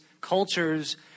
Cultures